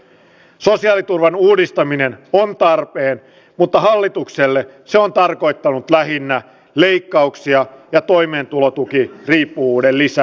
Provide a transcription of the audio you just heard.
sosiaaliturvan uudistaminen on tarpeen mutta hallitukselle se on tarkoittanut lähinnä leikkauksia ja toimeentulotuki riippuvuuden lisää